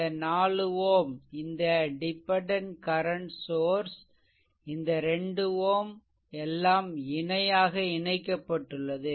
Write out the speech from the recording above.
இந்த 4 Ω இந்த dependent current source இந்த 2 Ω எல்லாம் இணையாக இணைக்கப்பட்டுள்ளது